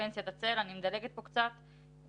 אני מדלגת קצת,